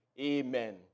amen